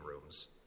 rooms